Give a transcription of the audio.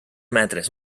metres